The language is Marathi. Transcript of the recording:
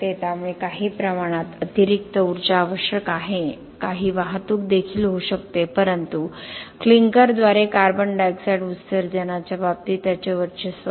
त्यामुळे काही प्रमाणात अतिरिक्त उर्जा आवश्यक आहे काही वाहतूक देखील होऊ शकते परंतु क्लिंकरद्वारे कार्बन डायॉक्साइड उत्सर्जनाच्या बाबतीत त्याचे वर्चस्व आहे